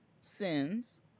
sins